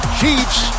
Chiefs